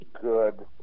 good